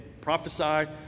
prophesied